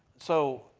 so